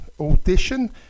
audition